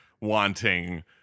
wanting